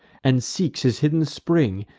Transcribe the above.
and seeks his hidden spring,